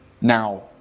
Now